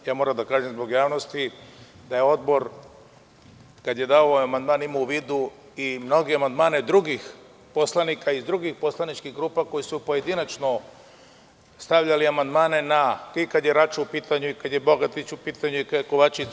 Moram da kažem zbog javnosti da je odbor kada je dao ovaj amandman imao u vidu i mnoge amandmane drugih poslanika iz drugih poslaničkih grupa koji su pojedinačno stavljali amandmane kada je Rača u pitanju i Bogatić i Kovačica.